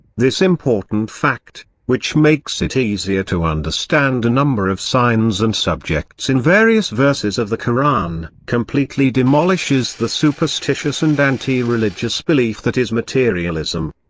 this important fact, which makes it easier to understand a number of signs and subjects in various verses of the koran, completely demolishes the superstitious and antireligious belief that is materialism.